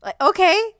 Okay